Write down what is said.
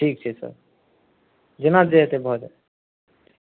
ठीक छै सर जेना जे हेतै भऽ जायत सर